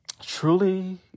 truly